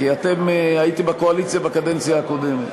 כי אתם הייתם בקואליציה בקדנציה הקודמת,